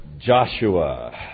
Joshua